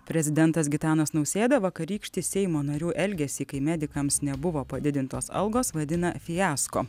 prezidentas gitanas nausėda vakarykštį seimo narių elgesį kai medikams nebuvo padidintos algos vadina fiasko